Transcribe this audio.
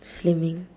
slimming